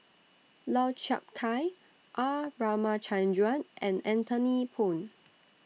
Lau Chiap Khai R Ramachandran and Anthony Poon